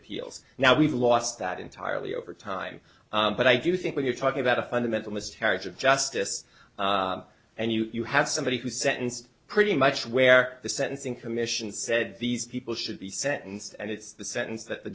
appeals now we've lost that entirely over time but i do think when you're talking about a fundamentalist character of justice and you have somebody who sentenced pretty much where the sentencing commission said these people should be sentenced and it's the sentence that the